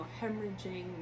hemorrhaging